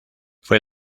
fue